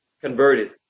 converted